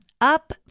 up